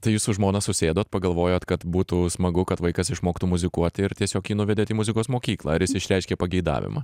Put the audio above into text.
tai jūs su žmona susėdot pagalvojot kad būtų smagu kad vaikas išmoktų muzikuoti ir tiesiog jį nuvedėt į muzikos mokyklą ar jis išreiškė pageidavimą